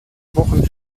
wochen